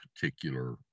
particular